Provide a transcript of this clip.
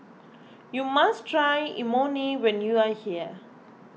you must try Imoni when you are here